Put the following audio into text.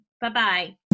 Bye-bye